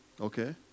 Okay